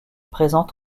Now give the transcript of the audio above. présente